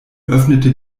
öffnete